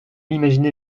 imaginait